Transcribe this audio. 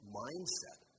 mindset